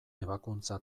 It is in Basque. ebakuntza